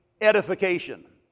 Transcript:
edification